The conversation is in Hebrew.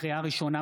לקריאה ראשונה,